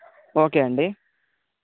okay అండి